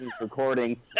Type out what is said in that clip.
recording